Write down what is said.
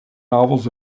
novels